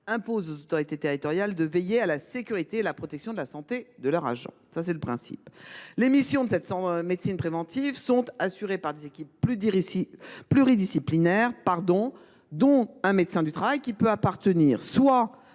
impose aux autorités territoriales de veiller à la sécurité et à la protection de la santé de leurs agents. Les missions de cette médecine préventive sont assurées par une équipe pluridisciplinaire, dont un médecin du travail, qui peut appartenir au